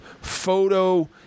photo